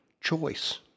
choice